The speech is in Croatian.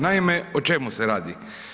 Naime, o čemu se radi?